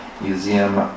Museum